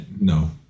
no